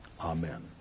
Amen